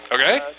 Okay